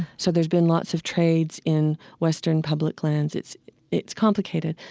so there's been lots of trades in western public lands. it's it's complicated.